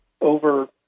over